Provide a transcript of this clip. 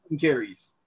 carries